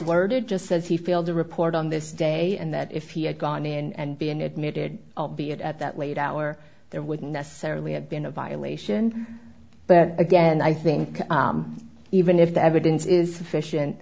worded just says he failed to report on this day and that if he had gone in and been admitted albeit at that late hour there wouldn't necessarily have been a violation but again i think even if the evidence is sufficient